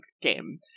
game